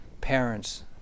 parents